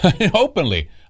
openly